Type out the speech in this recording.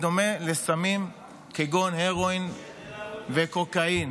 בדומה לסמים כגון הרואין וקוקאין.